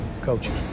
coaches